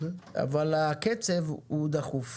אבל הקצב הוא דחוף,